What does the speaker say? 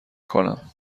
کنم